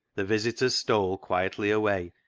the visitors stole quietly away,